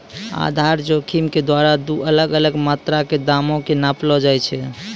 आधार जोखिम के द्वारा दु अलग अलग मात्रा के दामो के नापलो जाय छै